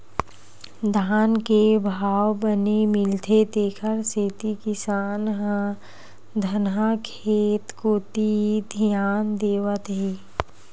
धान के भाव बने मिलथे तेखर सेती किसान ह धनहा खेत कोती धियान देवत हे